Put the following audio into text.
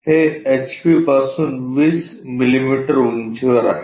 हे एचपी पासून 20 मिलिमीटर उंचीवर आहे